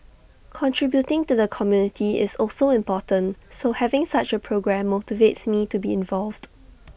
contributing to the community is also important so having such A programme motivates me to be involved